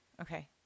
Okay